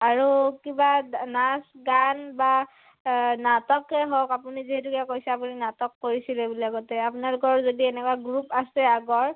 আৰু কিবা নাচ গান বা নাটকে হওক আপুনি যিহেতুকে কৈছে আপুনি নাটক কৰিছিলে বুলি আগতে আপোনালোকৰ যদি এনেকুৱা গ্ৰুপ আছে আগৰ